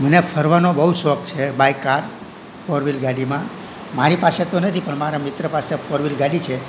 મને ફરવાનો બહુ શોખ છે બાય કાર ફોરવિલ ગાડીમાં મારી પાસે તો નથી પણ માર મિત્ર પાસે ફોરવિલ ગાડી છે